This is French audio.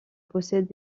possèdent